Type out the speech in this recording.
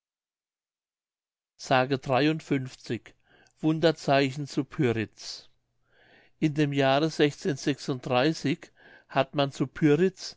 wunderzeichen zu pyritz in dem jahre hat man zu pyritz